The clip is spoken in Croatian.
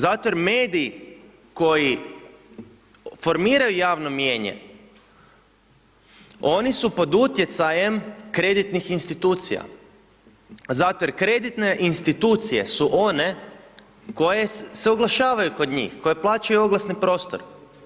Zato jer mediji koji formiraju javno mijenje, oni su pod utjecajem kreditnih institucija, zato jer kreditne institucije su one koje se oglašavaju kod njih, koje plaćaju oglasni prostor.